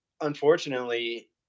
unfortunately